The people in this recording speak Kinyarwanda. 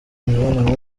mibonano